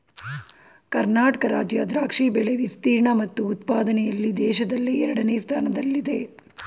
ಕರ್ನಾಟಕ ರಾಜ್ಯ ದ್ರಾಕ್ಷಿ ಬೆಳೆ ವಿಸ್ತೀರ್ಣ ಮತ್ತು ಉತ್ಪಾದನೆಯಲ್ಲಿ ದೇಶದಲ್ಲೇ ಎರಡನೇ ಸ್ಥಾನದಲ್ಲಿದೆ